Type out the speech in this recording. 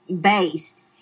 based